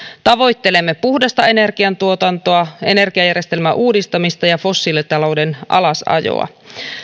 tavoittelemme puhdasta energiantuotantoa energiajärjestelmän uudistamista ja fossiilitalouden alasajoa